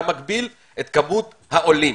אתה מגדיל את כמות העולים.